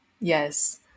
yes